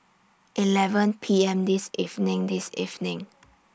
eleven P M This evening This evening